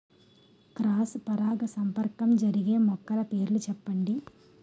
Cross పరాగసంపర్కం జరిగే మొక్కల పేర్లు చెప్పండి?